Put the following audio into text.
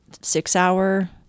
six-hour –